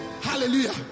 Hallelujah